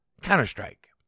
Counter-Strike